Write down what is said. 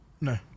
No